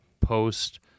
Post